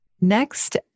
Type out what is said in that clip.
Next